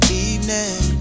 evening